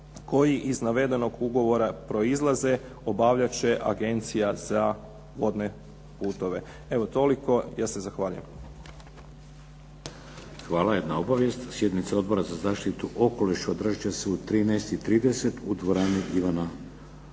koje iz navedenog ugovora proizlaze obavljat će agencija za plovne putove. Evo toliko ja se zahvaljujem.